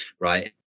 right